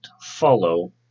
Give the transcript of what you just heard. follow